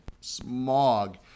smog